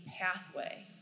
pathway